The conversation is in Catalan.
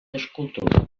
escultures